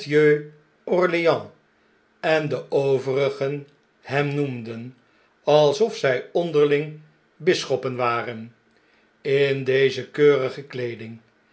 orleans en de overigen hem noemden alsof zg onderling bisschoppen waren in deze keurige kleeding